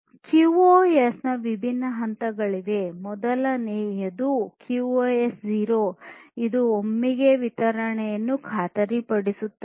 QoS ನ ವಿಭಿನ್ನ ಹಂತಗಳಿವೆ ಮೊದಲನೆಯದು ಕ್ಯೂಒಎಸ್ 0 ಇದು ಒಮ್ಮೆಗೇ ವಿತರಣೆಯನ್ನು ಖಾತರಿಪಡಿಸುತ್ತದೆ